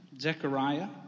Zechariah